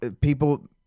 people